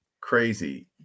Crazy